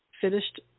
finished